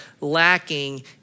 lacking